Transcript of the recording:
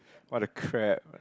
what a crap ah